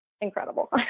incredible